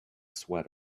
sweater